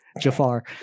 Jafar